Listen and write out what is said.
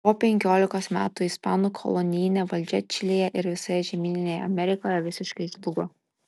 po penkiolikos metų ispanų kolonijinė valdžia čilėje ir visoje žemyninėje amerikoje visiškai žlugo